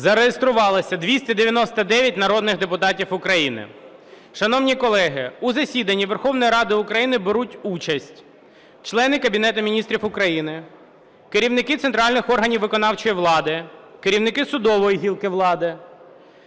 Зареєструвалося 299 народних депутатів України. Шановні колеги, у засіданні Верховної Ради України беруть участь: члени Кабінету Міністрів України; керівники центральних органів виконавчої влади; керівники судової гілки влади;